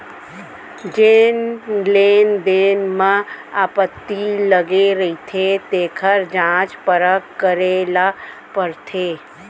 जेन लेन देन म आपत्ति लगे रहिथे तेखर जांच परख करे ल परथे